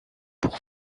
pour